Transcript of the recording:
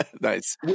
Nice